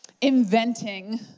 inventing